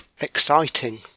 Exciting